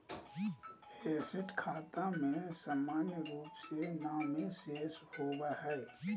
asset खाता में सामान्य रूप से नामे शेष होबय हइ